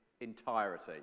entirety